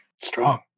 Strong